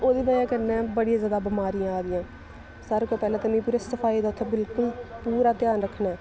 ओह्दी बजह कन्नै बड़ियां जादा बमारियां आ दियां सारें कोला पैह्लें ते मिगी पूरी सफाई दा उत्थै बिल्कुल पूरा ध्यान रक्खना ऐ